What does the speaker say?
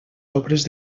obres